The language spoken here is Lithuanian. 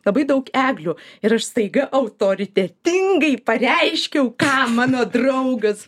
labai daug eglių ir aš staiga autoritetingai pareiškiau ką mano draugas